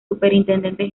superintendente